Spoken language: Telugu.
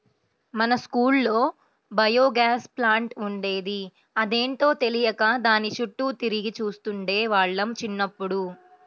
మా స్కూల్లో బయోగ్యాస్ ప్లాంట్ ఉండేది, అదేంటో తెలియక దాని చుట్టూ తిరిగి చూస్తుండే వాళ్ళం చిన్నప్పుడు